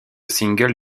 single